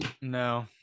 No